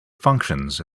functions